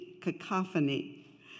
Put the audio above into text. cacophony